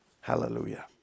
Hallelujah